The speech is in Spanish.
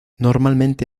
normalmente